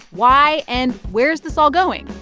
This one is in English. why? and where's this all going?